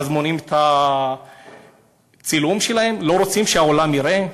אז מונעים את הצילום שלהם, לא רוצים שהעולם יראה?